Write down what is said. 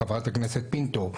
הכנסת פינטו,